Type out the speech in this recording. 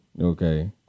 Okay